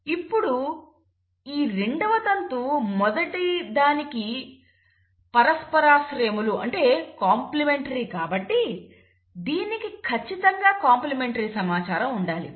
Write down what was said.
ఇప్పుడు ఈ రెండవ తంతు మొదటి దానికి పరస్పరాశ్రయములు అంటే కాంప్లిమెంటరీ కాబట్టి దీనికి ఖచ్చితంగా కాంప్లిమెంటరీ సమాచారం ఉండాలి